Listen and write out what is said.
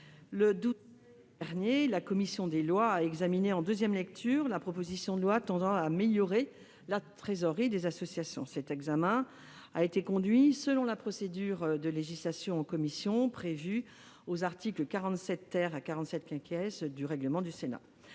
le 12 mai dernier, la commission des lois a examiné, en deuxième lecture, la proposition de loi visant à améliorer la trésorerie des associations. Cet examen a été conduit selon la procédure de législation en commission, prévue aux articles 47 à 47 du règlement du Sénat.